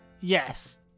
Yes